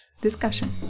Discussion